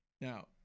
Now